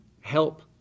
help